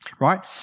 right